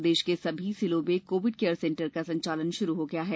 प्रदेश के सभी जिलों में कोविड केयर सेंटर का संचालन आरंभ हो गया है